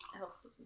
else